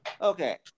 Okay